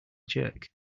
jerk